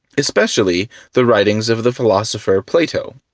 especially the writings of the philosopher plato.